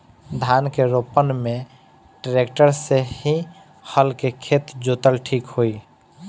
धान के रोपन मे ट्रेक्टर से की हल से खेत जोतल ठीक होई?